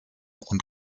und